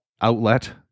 outlet